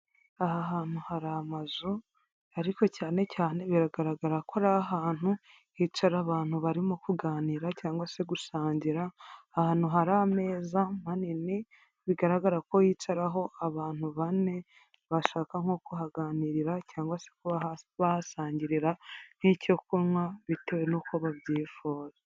Aha hantu hari amazu ariko cyane cyane biragaragara ko ari ahantu hicara abantu barimo kuganira cyangwa se gusangira, ahantu hari ameza manini bigaragara ko yicaraho abantu bane bashaka nko kuhaganirira cyangwa se kuba bahasangirira nk'icyo kunywa bitewe n'uko babyifuza.